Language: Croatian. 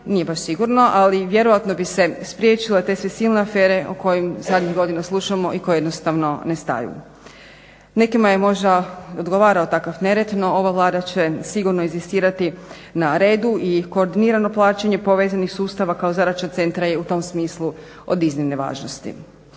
nije baš sigurno ali vjerojatno bi se spriječilo i te sve silne afere o kojim zadnjih godina slušamo i koje jednostavno ne staju. Nekima je možda odgovarao takav nered, no ova Vlada će sigurno inzistirati na redu i koordinirano plaćanje povezanih sustava kao zadaća centra je u tom smislu od iznimne važnosti.